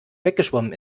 weggeschwommen